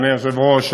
אדוני היושב-ראש,